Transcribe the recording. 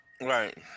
Right